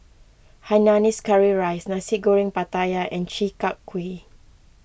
Hainanese Curry Rice Nasi Goreng Pattaya and Chi Kak Kuih